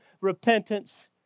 repentance